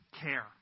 care